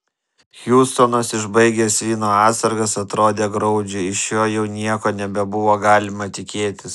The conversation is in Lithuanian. hiustonas išbaigęs vyno atsargas atrodė graudžiai iš jo jau nieko nebebuvo galima tikėtis